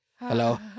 Hello